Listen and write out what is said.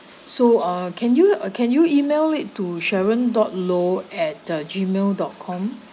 so uh can you uh can you email it to sharon dot law at uh gmail dot com